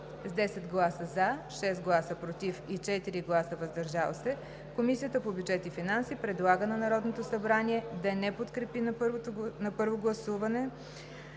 С 10 гласа „за“, 6 гласа „против“ и 4 гласа „въздържал се” Комисията по бюджет и финанси предлага на Народното събрание да не подкрепи на първо гласуване